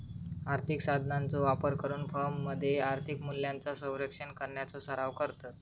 आर्थिक साधनांचो वापर करून फर्ममध्ये आर्थिक मूल्यांचो संरक्षण करण्याचो सराव करतत